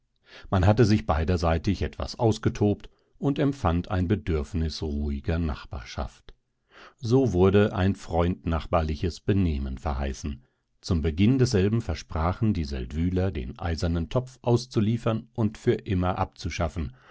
man hatte sich beiderseitig etwas ausgetobt und empfand ein bedürfnis ruhiger nachbarschaft so wurde ein freundnachbarliches benehmen verheißen zum beginn desselben versprachen die seldwyler den eisernen topf auszuliefern und für immer abzuschaffen